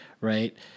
Right